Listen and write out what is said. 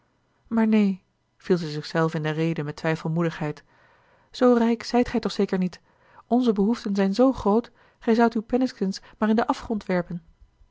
maar neen viel zij zich zelve in de rede met twijfelmoedigheid zoo rijk zijt gij toch zeker niet onze behoeften zijn zoo groot gij zoudt uw penninkske maar in den afgrond werpen